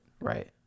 Right